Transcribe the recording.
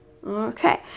Okay